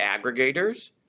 aggregators